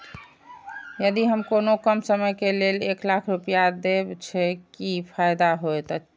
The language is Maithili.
यदि हम कोनो कम समय के लेल एक लाख रुपए देब छै कि फायदा होयत?